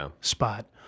spot